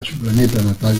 natal